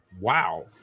Wow